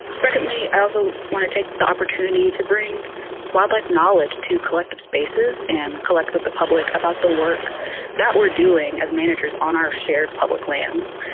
secondly, i also want to take the opportunity to bring wildlife knowledge to collective spaces and communicate with the public about the work that we're doing as managers on our shared public lands.